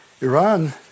Iran